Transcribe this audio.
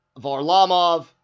Varlamov